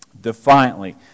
defiantly